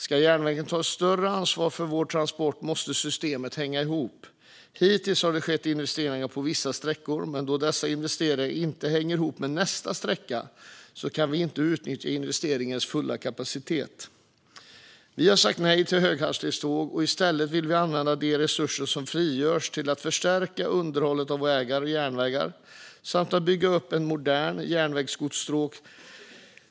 Ska järnvägen ta ett större ansvar för våra transporter måste systemet hänga ihop. Hittills har det skett investeringar på vissa sträckor, men då dessa investeringar inte hänger ihop med nästa strecka kan vi inte utnyttja investeringens fulla kapacitet. Vi har sagt nej till höghastighetståg. I stället vill vi använda de resurser som frigörs till att förstärka underhållet av vägar och järnvägar och att bygga upp ett modernt järnvägsgodsstråk.